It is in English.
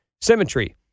symmetry